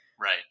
Right